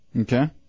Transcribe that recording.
Okay